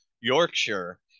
Yorkshire